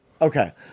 Okay